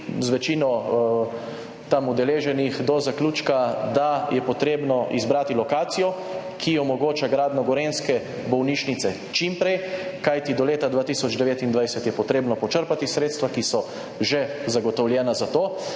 z večino tam udeleženih do zaključka, da je potrebno izbrati lokacijo, ki omogoča gradnjo gorenjske bolnišnice čim prej. Kajti do leta 2029 je potrebno počrpati sredstva, ki so že zagotovljena za to.